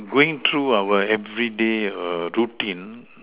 going through our everyday routine